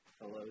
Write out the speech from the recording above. hello